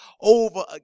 over